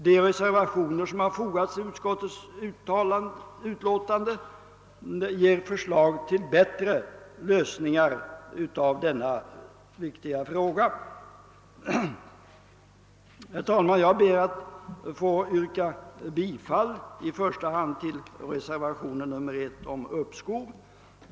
De reservationer som avgivits innefattar förslag till bättre lösningar av dessa viktiga frågor. i Herr talman! Jag ber att i första hand få yrka bifall till reservationen 1 vid konstitutionsutskottets utlåtande nr 39 om uppskov med behandlingen av propositionen.